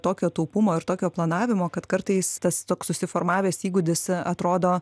tokio taupumo ir tokio planavimo kad kartais tas toks susiformavęs įgūdis atrodo